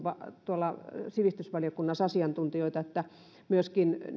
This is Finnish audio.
tuolla sivistysvaliokunnassa asiantuntijoilta että myöskin